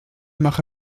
mache